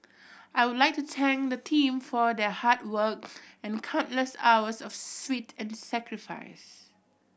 I would like to thank the team for their hard work and countless hours of sweat and sacrifice